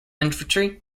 infantry